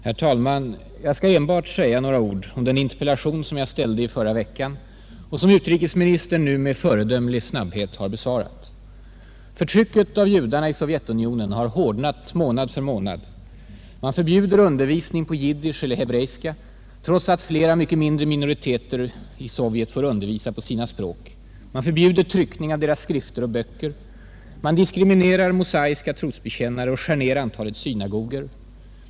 Herr talman! Jag skall enbart säga några ord om den interpellation som jag framställde i förra veckan och som utrikesministern nu med föredömlig snabbhet har besvarat. Förtrycket av judarna i Sovjetunionen har hårdnat månad för mänad. Man förbjuder undervisning på jiddisch eller hebreiska, trots att flera mycket mindre minoriteter i Soviet får undervisa på sina språk. Man förbjuder tryckning av deras skrifter och böcker. Man diskriminerar mosaiska trosbekännare och skär ner antalet synagogor.